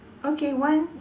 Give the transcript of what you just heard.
okay one